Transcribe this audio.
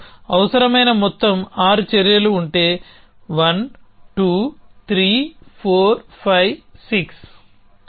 మనకు అవసరమైన మొత్తం ఆరు చర్యలు ఉంటే 1 2 3 4 5 6